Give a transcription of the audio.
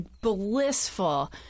blissful